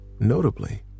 notably